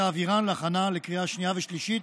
ותעבירן להכנה לקריאה שנייה ושלישית